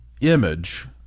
image